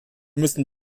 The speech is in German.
müssen